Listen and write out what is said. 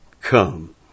Come